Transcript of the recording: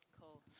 Cool